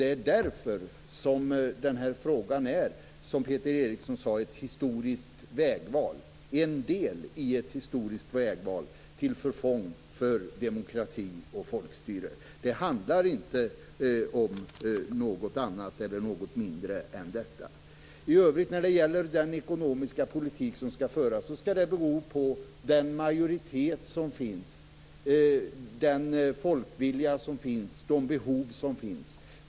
Det är därför denna fråga är, som Peter Eriksson sade, en del i ett historiskt vägval till förfång för demokrati och folkstyre. Det handlar inte om något annat eller något mindre än detta. Vilken ekonomisk politik som skall föras skall bero på den majoritet som finns, den folkvilja som finns och de behov som finns.